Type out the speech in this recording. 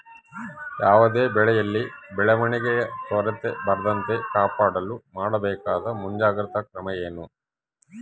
ಯಾವುದೇ ಬೆಳೆಯಲ್ಲಿ ಬೆಳವಣಿಗೆಯ ಕೊರತೆ ಬರದಂತೆ ಕಾಪಾಡಲು ಮಾಡಬೇಕಾದ ಮುಂಜಾಗ್ರತಾ ಕ್ರಮ ಏನು?